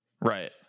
Right